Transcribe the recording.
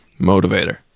motivator